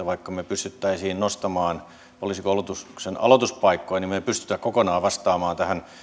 vaikka me pystyisimme nostamaan poliisikoulutuksen aloituspaikkoja niin me emme pysty kokonaan vastaamaan tähän